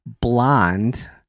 blonde